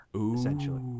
essentially